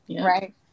Right